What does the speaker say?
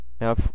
Now